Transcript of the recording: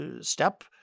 step